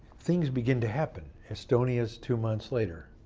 things begin to happen. estonia is two months later.